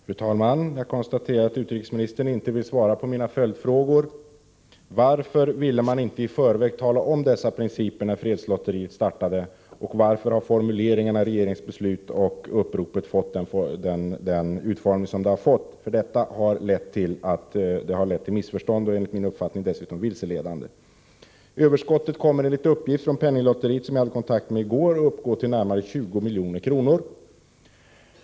Fru talman! Jag konstaterar att utrikesministern inte vill svara på mina följdfrågor, som löd: Varför ville inte regeringen i förväg, när fredslotteriet startade, tala om principerna för överskottets fördelning? Varför har formuleringarna i regeringsbeslut och upprop fått den utformning som de har? Det har lett till missförstånd, och enligt min uppfattning är formuleringarna dessutom vilseledande. Överskottet kommer enligt uppgift från penninglotteriet, som jag hade kontakt med i går, att uppgå till närmare 20 milj.kr.